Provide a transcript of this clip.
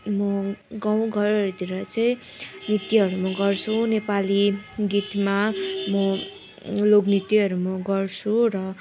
म गाउँघरहरूतिर चाहिँ नृत्यहरू म गर्छु नेपाली गीतमा म लोक नृत्यहरू म गर्छु र